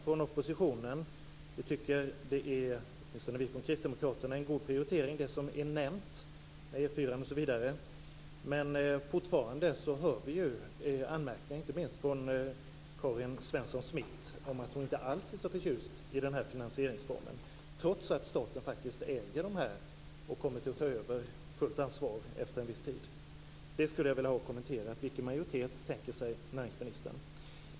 Åtminstone vi från Kristdemokraterna tycker att det som är nämnt är en god prioritering; det gäller E 4:an osv. Men fortfarande hör vi ju anmärkningar, inte minst från Karin Svensson Smith. Hon är inte alls så förtjust i den här finansieringsformen, trots att staten faktiskt äger de här och kommer att ta över fullt ansvar efter en viss tid. Jag skulle vilja ha det här kommenterat. Vilken majoritet tänker sig näringsministern?